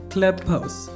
Clubhouse